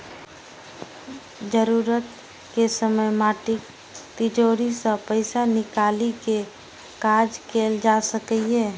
जरूरत के समय माटिक तिजौरी सं पैसा निकालि कें काज कैल जा सकैए